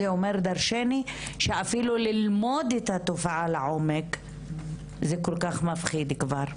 זה אומר דרשני שאפילו ללמוד את התופעה לעומק זה כל כך מפחיד כבר.